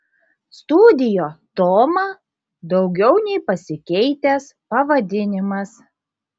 studio toma daugiau nei pasikeitęs pavadinimas